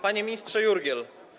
Panie Ministrze Jurgiel!